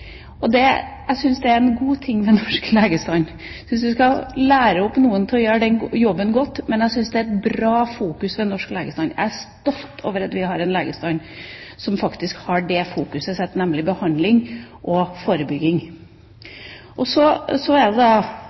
Jeg syns det er en god ting ved den norske legestanden. Jeg syns vi skal lære opp noen til å gjøre den jobben godt, men jeg syns den norske legestanden har et bra fokus, og jeg er stolt over at vi har en legestand som faktisk har behandling og forebygging i fokus. Hvis vi tror at vi skal bruke legene våre til å håndheve norsk lovgiving, er det